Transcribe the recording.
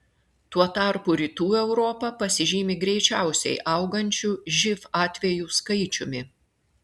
tuo tarpu rytų europa pasižymi greičiausiai augančiu živ atvejų skaičiumi